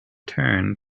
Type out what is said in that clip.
turn